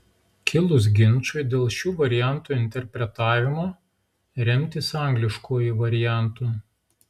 kilus ginčui dėl šių variantų interpretavimo remtis angliškuoju variantu